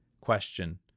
Question